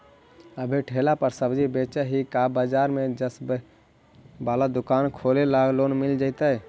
अभी ठेला पर सब्जी बेच ही का बाजार में ज्सबजी बाला दुकान खोले ल लोन मिल जईतै?